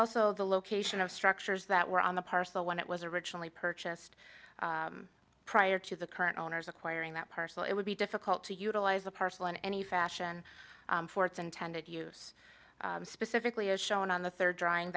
also the location of structures that were on the parcel when it was originally purchased prior to the current owners acquiring that parcel it would be difficult to utilize the parcel in any fashion for its intended use specifically as shown on the third drawing